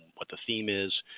what the theme is.